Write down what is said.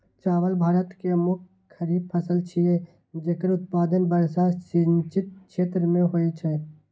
चावल भारत के मुख्य खरीफ फसल छियै, जेकर उत्पादन वर्षा सिंचित क्षेत्र मे होइ छै